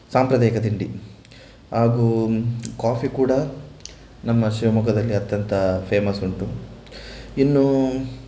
ಸಾಂಪ್ರದಾಯಿಕ ತಿಂಡಿ ಹಾಗೂ ಕಾಫಿ ಕೂಡ ನಮ್ಮ ಶಿವಮೊಗ್ಗದಲ್ಲಿ ಅತ್ಯಂತ ಫೇಮಸುಂಟು ಇನ್ನು